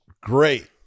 great